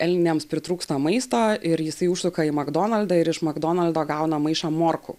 elniams pritrūksta maisto ir jisai užsuka į magdonaldą ir magdonaldo gauna maišą morkų